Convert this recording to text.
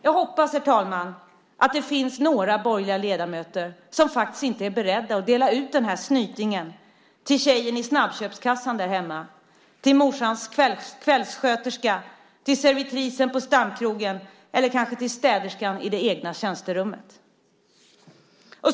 Jag hoppas, herr talman, att det finns några borgerliga ledamöter som inte är beredda att dela ut den här snytingen till tjejen i snabbköpskassan därhemma, till morsans kvällssköterska, till servitrisen på stamkrogen eller till städerskan i det egna tjänsterummet.